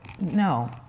no